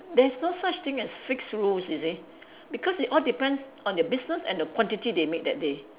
there's no such thing as fixed rules you see because it all depends on the business and the quantity they made that day